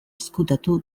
ezkutatu